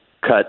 cut